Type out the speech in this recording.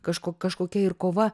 kažko kažkokia ir kova